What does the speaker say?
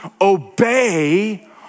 obey